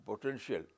potential